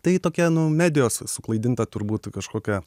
tai tokia nu medijos suklaidinta turbūt kažkokia